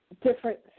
different